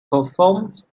performs